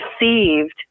received